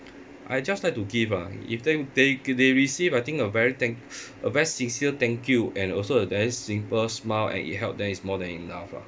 I just like to give ah if then they they receive I think a very thank a very sincere thank you and also a very simple smile and it help them is more than enough lah